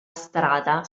strada